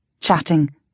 chatting